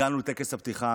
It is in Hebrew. הגענו לטקס הפתיחה.